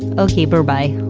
okay berbye.